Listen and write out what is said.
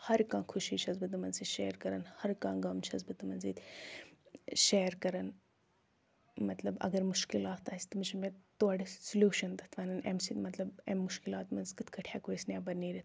ہر کانٛہہ خوشی چھَس بہٕ تِمَن سۭتۍ شیَر کَران ہر کانٛہہ غم چھَس بہٕ تِمَن سۭتۍ شِیَر کَران مطلب اگر مُشکِلات آسہِ تِم چھِ مےٚ تورٕ سُلیوٗشَن تَتھ وَنان اَمہِ سۭتۍ مطلب اَمہِ مُشکِلات منٛز کِتھ کٲٹھۍ ہیٚکو أسۍ نیٚبَر نیٖرِتھ